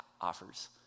offers